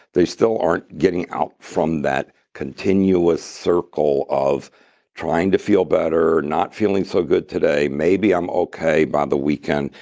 they still aren't getting out from that continuous circle of trying to feel better, not feeling so good today, maybe i'm okay by the weekend,